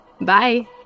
Bye